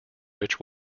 rich